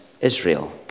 Israel